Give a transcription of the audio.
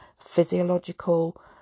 physiological